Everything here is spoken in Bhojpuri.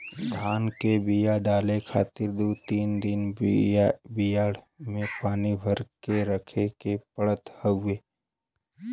धान के बिया डाले खातिर दू तीन दिन बियाड़ में पानी भर के रखे के पड़त हउवे